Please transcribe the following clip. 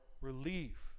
relief